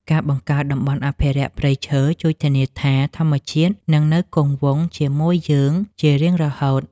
ការបង្កើតតំបន់អភិរក្សព្រៃឈើជួយធានាថាធម្មជាតិនឹងនៅគង់វង្សជាមួយយើងជារៀងរហូត។